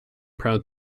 proud